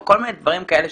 או כל מיני דברים כאלה.